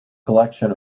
collection